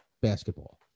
basketball